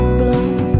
blood